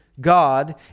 God